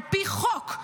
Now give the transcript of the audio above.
על פי חוק,